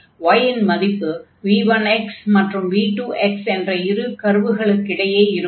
y இன் மதிப்பு v1 மற்றும் v2 என்ற இரண்டு கர்வ்களுக்கு இடையே இருக்கும்